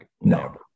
No